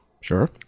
Sure